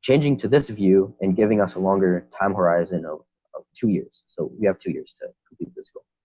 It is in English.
changing to this view and giving us a longer time horizon of of two years. so we have two years to complete this goal.